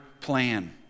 plan